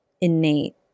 innate